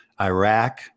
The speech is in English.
iraq